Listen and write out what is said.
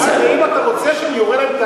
שאלתי: האם אתה רוצה שאני אורה להם,